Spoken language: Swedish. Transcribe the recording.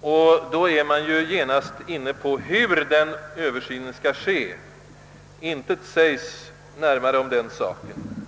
och då är vi genast åter inne på frågan hur den översynen skall göras. Intet närmare säges därom i utlåtandet.